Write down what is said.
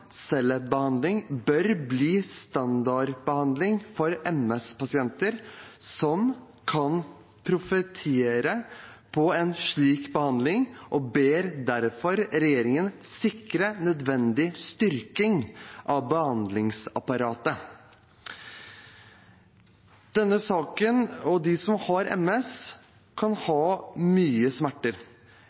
bør bli standardbehandling for MS-pasienter som kan profitere på en slik behandling, og ber derfor regjeringen sikre nødvendig styrking av behandlingsapparatet». De som har MS, kan ha mye smerter.